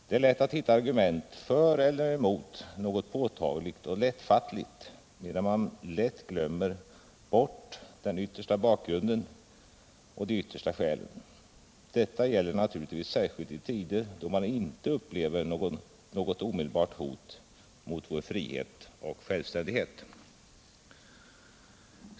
Det är lätt att hitta argument för eller emot något påtagligt och lättfattligt medan man lätt glömmer bort den yttersta bakgrunden och de yttersta skälen. Detta gäller naturligtvis särskilt i tider då man inte upplever något omedelbart hot mot vår frihet och självständighet.